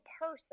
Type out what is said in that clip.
person